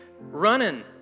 running